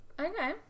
Okay